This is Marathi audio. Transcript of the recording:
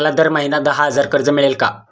मला दर महिना दहा हजार कर्ज मिळेल का?